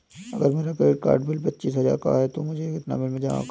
अगर मेरा credit card bill पच्चीस हजार का है तो मुझे कितना बिल जमा करना चाहिए?